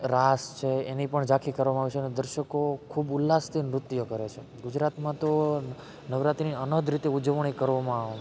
રાસ છે એની પણ ઝાંખી કરવામાં આવે છે ને દર્શકો ખૂબ ઉલ્લાસથી નૃત્ય કરે છે ગુજરાતમાં તો નવરાત્રિની અનહદ રીતે ઉજવણી કરવામાં